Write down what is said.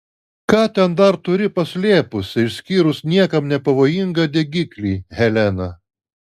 ką ten dar turi paslėpusi išskyrus niekam nepavojingą degiklį helena